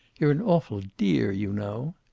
you're an awful dear, you know.